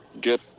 get